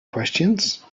questions